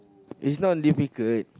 is not difficult